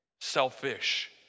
selfish